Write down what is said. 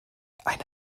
eine